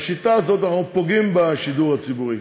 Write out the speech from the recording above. בשיטה הזאת אנחנו פוגעים בשידור הציבורי,